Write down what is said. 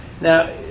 Now